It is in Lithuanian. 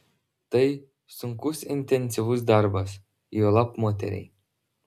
tai sunkus intensyvus darbas juolab moteriai